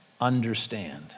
understand